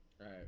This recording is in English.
Right